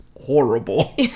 horrible